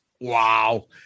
wow